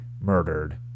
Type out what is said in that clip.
murdered